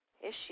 issue